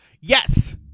Yes